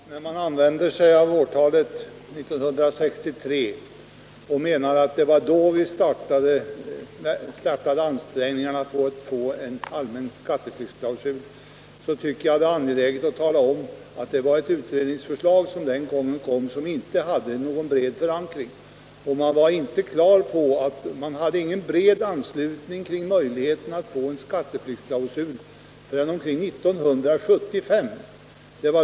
Herr talman! Det har här hänvisats till årtalet 1963 som den tidpunkt då vi startade ansträngningarna för att få en allmän skatteflyktsklausul. Det är angeläget att understryka att det utredningsförslag som den gången framlades inte hade någon bred förankring. Det förelåg ingen bred anslutning till tanken på en skatteflyktsklausul förrän omkring 1975.